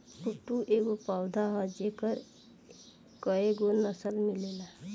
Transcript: कुटू एगो पौधा ह जेकर कएगो नसल मिलेला